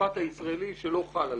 המשפט הישראלי שלא חל עליה.